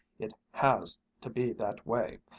it has to be that way!